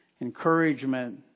encouragement